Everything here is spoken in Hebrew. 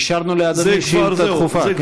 אישרנו לאדוני שאילתה דחופה.